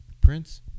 Prince